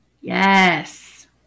Yes